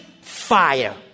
fire